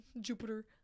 Jupiter